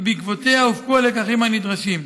ובעקבותיה הופקו הלקחים הנדרשים.